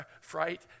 fright